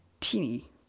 teeny